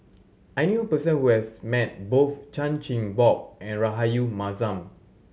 I knew a person who has met both Chan Chin Bock and Rahayu Mahzam